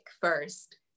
first